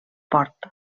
port